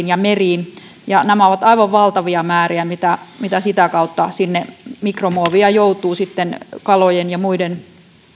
ja meriin ja nämä ovat aivan valtavia määriä mitä mitä sitä kautta sinne mikromuovia joutuu kalojen ja muiden